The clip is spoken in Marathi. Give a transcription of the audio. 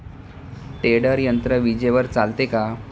टेडर यंत्र विजेवर चालते का?